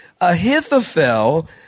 Ahithophel